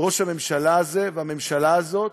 ראש הממשלה הזה והממשלה הזאת,